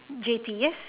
J_T yes